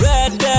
Red